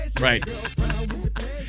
Right